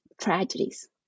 tragedies